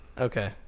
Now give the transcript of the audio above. Okay